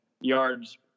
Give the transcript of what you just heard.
yards